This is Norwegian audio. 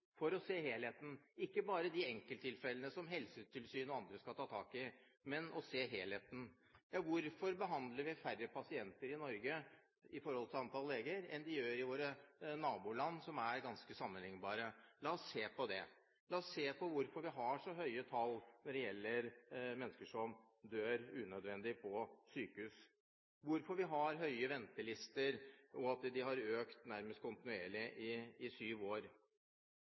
se helheten, ikke bare de enkelttilfellene som Helsetilsynet og andre skal ta tak i. Hvorfor behandler vi færre pasienter i Norge i forhold til antall leger enn de gjør i våre naboland som er ganske sammenliknbare? La oss se på det. La oss se på hvorfor vi har så høye tall når det gjelder mennesker som dør unødvendig på sykehus, hvorfor vi har lange ventelister og at de har økt nærmest kontinuerlig i syv år.